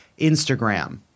Instagram